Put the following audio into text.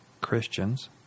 Christians